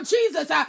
Jesus